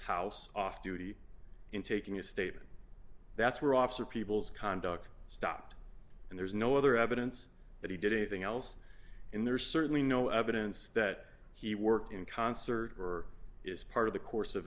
house off duty in taking a statement that's where officer people's conduct stopped and there's no other evidence that he did anything else in there certainly no evidence that he worked in concert or is part of the course of